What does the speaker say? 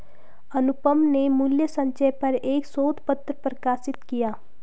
अनुपम ने मूल्य संचय पर एक शोध पत्र प्रकाशित किया